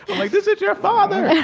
like, this is your father! yeah